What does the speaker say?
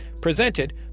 Presented